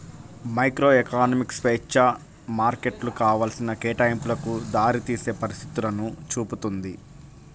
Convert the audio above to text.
microeconomics స్వేచ్ఛా మార్కెట్లు కావాల్సిన కేటాయింపులకు దారితీసే పరిస్థితులను చూపుతుంది